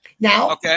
Now